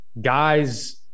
guys